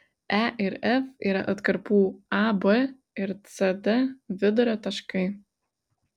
e ir f yra atkarpų ab ir cd vidurio taškai